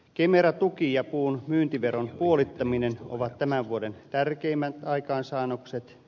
kemera tuki ja puun myyntiveron puolittaminen ovat tämän vuoden tärkeimmät aikaansaannokset